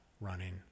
running